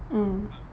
mm